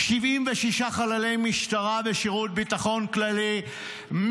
76 חללי משטרה ושירות ביטחון כללי,